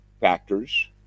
factors